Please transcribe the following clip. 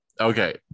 okay